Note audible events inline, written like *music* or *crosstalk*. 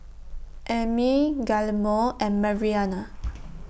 Ami Guillermo and Mariana *noise*